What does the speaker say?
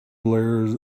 blared